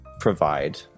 provide